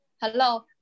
hello